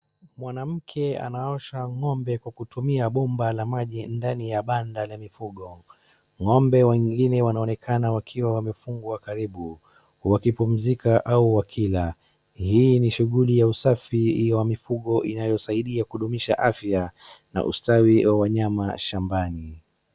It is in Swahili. Mwanamke anaosha ng'ombe kwa kutumia bomba la maji ndani ya banda la mifugo. Ng'ombe wengine wanaonekana wakiwa wamefungwa karibu wakipumzika au wakila. Hii ni shughuli ya usafi wa mifugo inayosaidia kudumishaa afya na ustawi wa wanyama shambani.